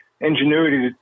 ingenuity